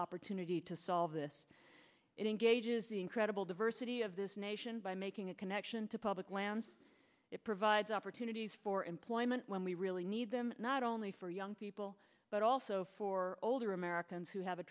opportunity to solve this engages the incredible diversity of this nation by making a connection to public lands it provides opportunities for employment when we really need them not only for young people but also for older americans who have a